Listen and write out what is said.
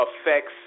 affects